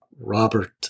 Robert